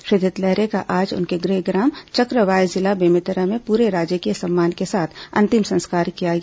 श्री धृतलहरे का आज उनके गृहग्राम चक्रवाय जिला बेमेतरा में पूरे राजकीय सम्मान के साथ अंतिम संस्कार किया गया